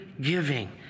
giving